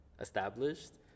established